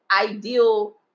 ideal